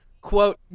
quote